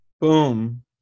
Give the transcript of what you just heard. Boom